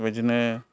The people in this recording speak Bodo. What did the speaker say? बेबादिनो